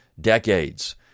Decades